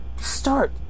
Start